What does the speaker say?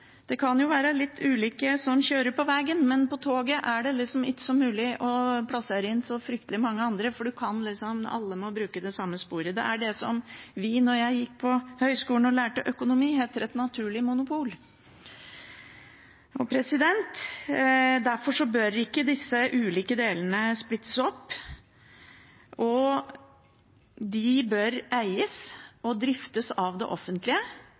på toget er det liksom ikke mulig å plassere inn så fryktelig mange andre, for alle må bruke det samme sporet. Det er det vi da jeg gikk på høgskolen og lærte økonomi, kalte et naturlig monopol. Derfor bør ikke disse ulike delene splittes opp, de bør eies og driftes av det offentlige.